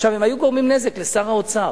עכשיו, הם היו גורמים נזק לשר האוצר.